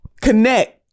connect